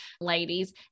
ladies